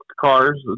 cars